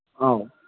ꯑꯧ